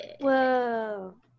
Whoa